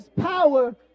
power